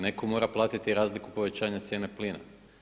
Neko mora platiti razliku povećanja cijene plina.